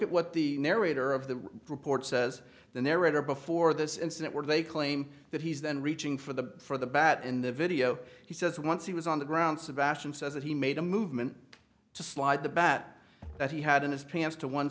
at what the narrator of the report says the narrator before this incident where they claim that he's then reaching for the for the bat in the video he says once he was on the ground sebastian says that he made a movement to slide the bat that he had in his pants to one